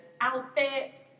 outfit